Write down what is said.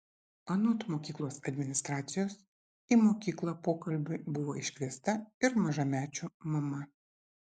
anot mokyklos administracijos į mokyklą pokalbiui buvo iškviesta ir mažamečių mama